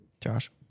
Josh